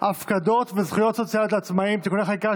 הפקדות וזכויות סוציאליות לעצמאים (תיקוני חקיקה),